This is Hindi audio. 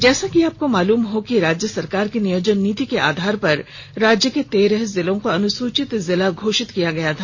जैसा कि आपको मालूम हो कि राज्य सरकार की नियोजन नीति के आधार पर राज्य के तेरह जिलों को अनुसूचित जिला घोषित किया गया था